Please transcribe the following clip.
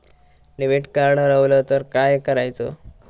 Debit card हरवल तर काय करायच?